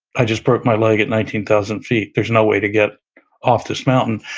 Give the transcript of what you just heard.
i just broke my leg at nineteen thousand feet. there's no way to get off this mountain.